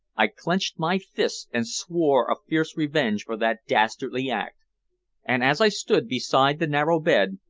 i clenched my fists and swore a fierce revenge for that dastardly act. and as i stood beside the narrow bed,